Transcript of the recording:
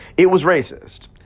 it was racist.